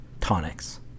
tonics